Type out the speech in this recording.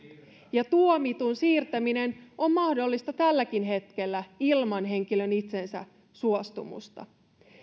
tuomitun siirtäminen on mahdollista tälläkin hetkellä ilman henkilön itsensä suostumusta